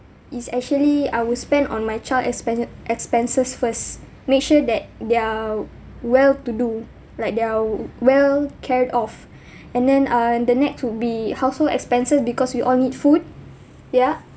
is actually I will spend on my child expenses expenses first make sure that they're well-to-do like they're well cared of and then uh the next would be household expenses because we all need food ya